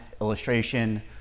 illustration